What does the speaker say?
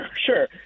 sure